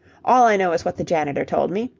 all i know is what the janitor told me,